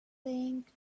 pink